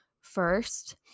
first